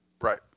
Right